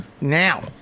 Now